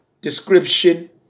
description